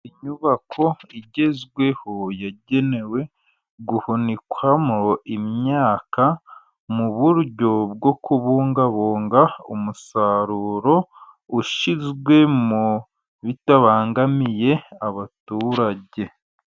Inyubako igezweho yagenewe guhunikwamo imyaka, mu buryo bwo kubungabunga umusaruro ushyizwemo, bitabangamiye abaturage.